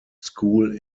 school